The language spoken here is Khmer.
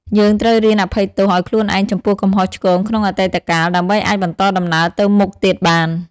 យើងត្រូវរៀនអភ័យទោសឱ្យខ្លួនឯងចំពោះកំហុសឆ្គងក្នុងអតីតកាល ដើម្បីអាចបន្តដំណើរទៅមុខទៀតបាន។